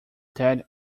that